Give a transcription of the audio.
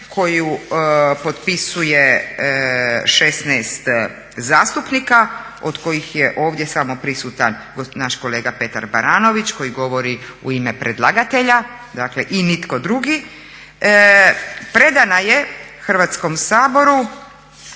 koju potpisuje 16 zastupnika od kojih je ovdje samo prisutan naš kolega Petar Baranović koji govori u ime predlagatelja i nitko drugi predana je Hrvatskom saboru